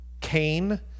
Cain